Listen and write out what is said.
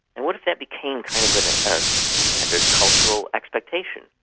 and what if that became kind of a standard cultural expectation?